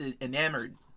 enamored